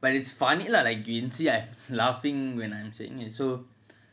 but it's funny lah like can you see I'm laughing as I'm saying it so